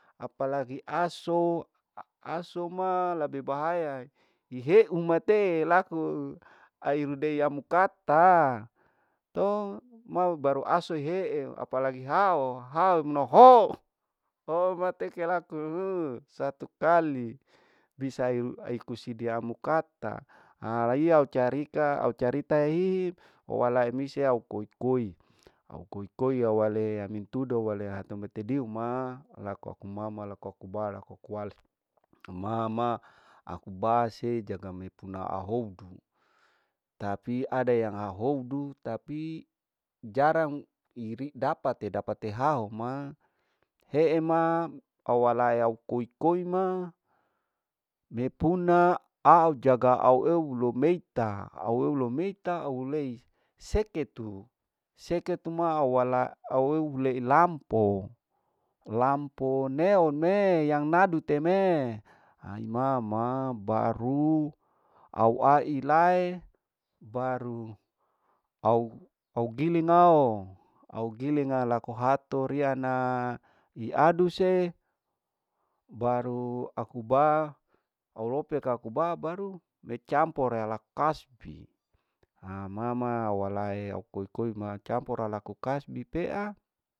Apalagi aso, aso ma labe bahayaee iheu mate laku airudei amu kata to ma baru asu ihe eu apalagi hao, hao nohoho mateke laku hu satu kali bisa iku sidiamu kata araiya mu carika au caritaii walau misiai koi koi, au koi koi yawale mintudo wale hatu mete diu ma laku aku mama laku aku base laku aku kuals mama aku base jaga me puna ahoudu tapi ada yang hahoudu tapi jarang iri dapate dapate haho ma ehe ma awalayau koi koi ma me puna au jaga au oulomeita, au oulomeita au hulei seketu, seketu ma au wala au eu hulei lampo, lampo neon me yang nadu teme hai mama baru au ai laeng baru au, au giling au, baru au gilinga laku hatu riyana aduse baru akuba awalopeka aku ba baru me campore, lakasbi haa mama hawa laeau koi koi ma campora laku kasbi tea.